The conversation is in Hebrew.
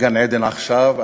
"גן-עדן עכשיו",